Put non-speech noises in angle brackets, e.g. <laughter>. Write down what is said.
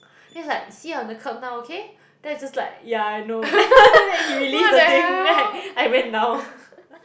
then it's like see you're on the curb now okay then I just like ya I know <laughs> then after that he release the thing right I went down